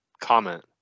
comment